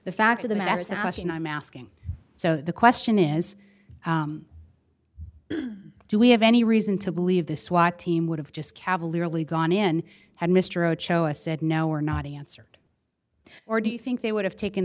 the fact of the matter is that question i'm asking so the question is do we have any reason to believe the swat team would have just cavalierly gone in had mr roach show us said no or not answered or do you think they would have taken